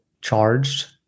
charged